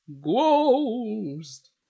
Ghost